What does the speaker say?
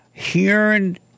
Hearing